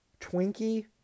Twinkie